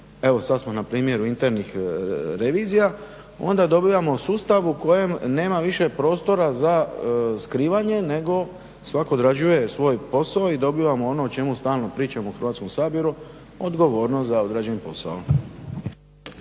Evo sad smo na primjeru internih revizija onda dobivamo u sustavu u kojem nema više prostora za skrivanje nego svatko odrađuje svoj posao i dobivamo ono o čemu stalno pričamo u Hrvatskom saboru, odgovornost za određeni posao.